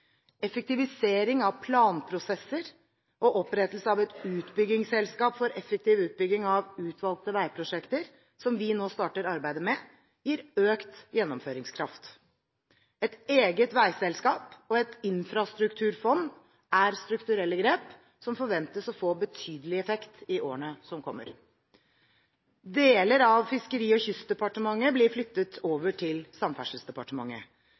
Effektivisering av planprosesser og opprettelse av et utbyggingsselskap for effektiv utbygging av utvalgte veiprosjekter, som vi nå starter arbeidet med, gir økt gjennomføringskraft. Et eget veiselskap og et infrastrukturfond er strukturelle grep som forventes å få betydelig effekt i årene som kommer. Deler av Fiskeri- og kystdepartementet blir flyttet over til Samferdselsdepartementet.